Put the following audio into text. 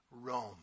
Rome